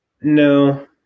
No